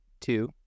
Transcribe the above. Two